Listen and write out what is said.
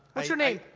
what's your name?